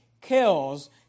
kills